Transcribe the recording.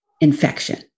infection